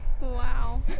Wow